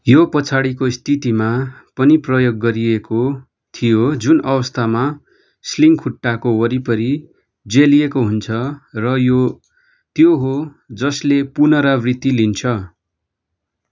यो पछाडिको स्थितिमा पनि प्रयोग गरिएको थियो जुन अवस्थामा स्लिङ्ग खुट्टाको वरिपरि जेलिएको हुन्छ र यो त्यो हो जसले पुनरावृत्ति लिन्छ